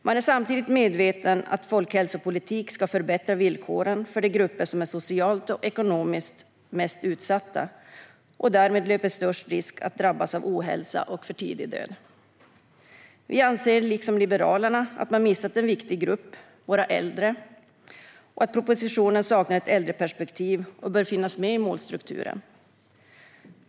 Man är medveten om att folkhälsopolitik ska förbättra villkoren för de grupper som socialt och ekonomiskt är mest utsatta och därmed löper störst risk att drabbas av ohälsa och för tidig död. Liksom Liberalerna anser vi att man har missat en viktig grupp - våra äldre - och att propositionen saknar ett äldreperspektiv som bör finnas med i målstrukturen.